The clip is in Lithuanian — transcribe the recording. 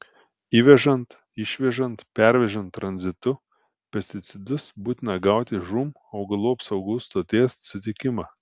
įvežant išvežant pervežant tranzitu pesticidus būtina gauti žūm augalų apsaugos stoties sutikimą